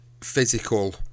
physical